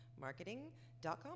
marketing.com